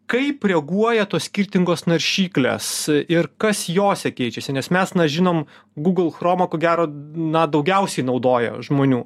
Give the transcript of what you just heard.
kaip reaguoja tos skirtingos naršyklės ir kas jose keičiasi nes mes na žinom gūgl chromo ko gero na daugiausiai naudoja žmonių